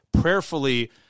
prayerfully